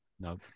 No